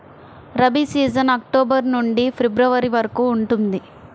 rabi season October నుండి February వరకు ఉంటుంది